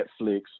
Netflix